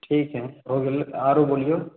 ठीक हय हो गेलय तऽ आरो बोलिऔ